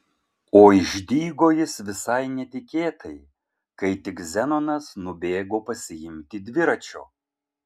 o išdygo jis visai netikėtai kai tik zenonas nubėgo pasiimti dviračio